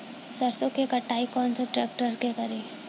सरसों के कटाई कौन सा ट्रैक्टर से करी?